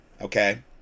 okay